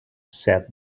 said